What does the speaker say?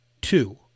Two